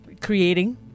creating